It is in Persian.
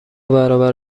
برابر